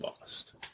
lost